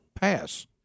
pass